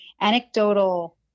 anecdotal